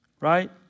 Right